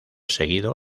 seguido